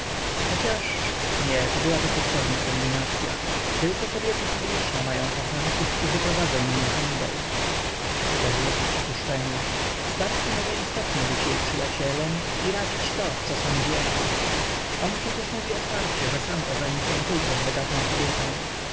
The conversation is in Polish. chociaż nie to byłaby potworna kombinacya tylko kobiety publiczne mają kochanków którzy prowadzą niemi handel co za głupie przypuszczenie starski może istotnie być jej przyjacielem i radzić to w co sam wierzy on przecież mówi otwarcie że sam ożeni się tylko z bogatą kobietą